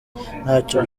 ntacyo